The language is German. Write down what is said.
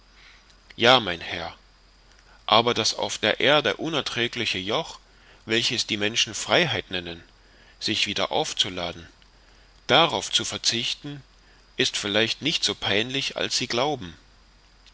ja mein herr aber das auf der erde unerträgliche joch welches die menschen freiheit nennen sich wieder aufzuladen darauf zu verzichten ist vielleicht nicht so peinlich als sie glauben